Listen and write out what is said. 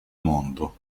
mondo